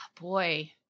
boy